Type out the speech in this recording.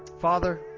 Father